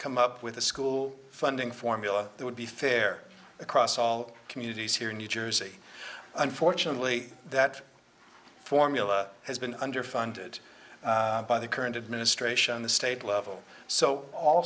come up with a school funding formula that would be fair across all communities here in new jersey unfortunately that formula has been under funded by the current administration in the state level so all